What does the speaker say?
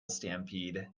stampede